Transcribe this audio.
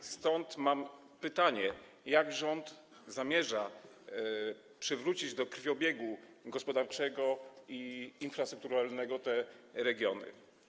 W związku z tym mam pytanie: Jak rząd zamierza przywrócić do krwiobiegu gospodarczego i infrastrukturalnego te regiony?